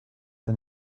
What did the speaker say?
and